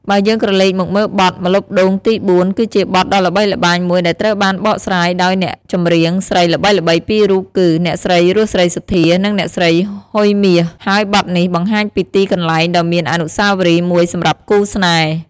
បើយើងក្រឡេកមកមើលបទ ម្លប់ដូងទីបួន គឺជាបទដ៏ល្បីល្បាញមួយដែលត្រូវបានបកស្រាយដោយអ្នកចម្រៀងស្រីល្បីៗពីររូបគឺ អ្នកស្រី រស់ សេរីសុទ្ធា និង អ្នកស្រី ហ៊ុយ មាស ហើយបទនេះបង្ហាញពីទីកន្លែងដ៏មានអនុស្សាវរីយ៍មួយសម្រាប់គូស្នេហ៍។